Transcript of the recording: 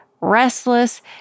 restless